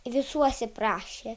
visų atsiprašė